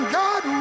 god